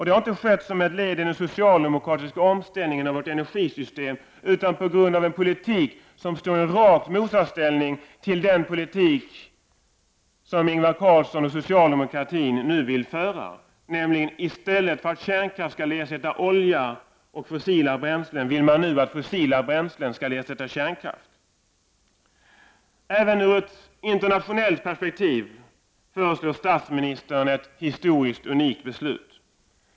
Det har inte skett som ett led i den socialdemokratiska omställningen av vårt energisystem, utan genom en politik som står i rakt motsatställning till den politik som Ingvar Carlsson och socialde mokraterna nu vill föra. I stället för att kärnkraft skall ersätta olja och fossila bränslen vill man nu att fossila bränslen skall ersätta kärnkraft. Även i ett internationellt perspektiv föreslår statsministern ett beslut som är unikt historiskt sett.